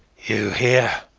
you here?